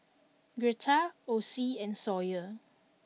Girtha Ocie and Sawyer